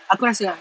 aku rasa ah